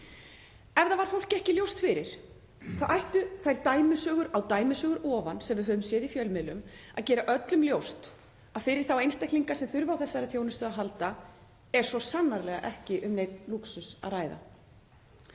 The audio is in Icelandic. Ef það var fólki ekki ljóst fyrir þá ættu þær dæmisögur á dæmisögur ofan sem við höfum séð í fjölmiðlum að gera öllum ljóst að fyrir þá einstaklinga sem þurfa á þessari þjónustu að halda er svo sannarlega ekki um neinn lúxus að ræða.